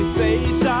face